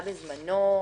בזמנו.